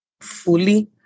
fully